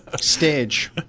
Stage